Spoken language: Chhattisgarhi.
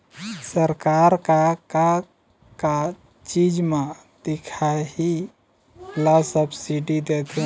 सरकार का का चीज म दिखाही ला सब्सिडी देथे?